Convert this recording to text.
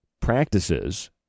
practices